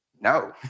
No